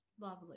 lovely